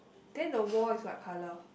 then the wall is what colour